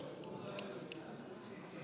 הוא הגיש בקשה